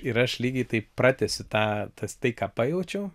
ir aš lygiai taip pratęsiu tą tas tai ką pajaučiau